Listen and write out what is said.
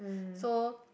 so